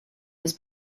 was